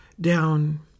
down